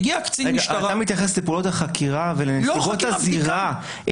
אתה מתייחס לפעולות החקירה ולנסיבות הזירה,